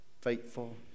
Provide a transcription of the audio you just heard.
faithful